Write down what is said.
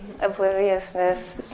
Obliviousness